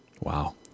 Wow